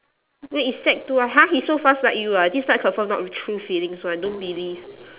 wait is sec two ah !huh! he so fast like you ah this type confirm not true feelings [one] don't believe